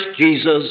Jesus